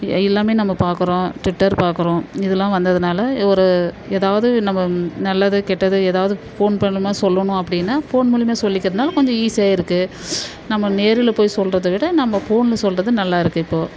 எல்லாம் நம்ம பாக்கிறோம் ட்விட்டர் பாக்கிறோம் இதெல்லாம் வந்ததினால ஒரு எதாவது நம்ம நல்லது கெட்டது எதாவது ஃபோன் பண்ணினா சொல்லணும் அப்படினா ஃபோன் மூலியமாக சொல்லுகிறதுனா கொஞ்சம் ஈஸியாக இருக்கு நம்ம நேரில் போய் சொல்கிறத விட நம்ம ஃபோனில் சொல்கிறது நல்லாயிருக்கு இப்போது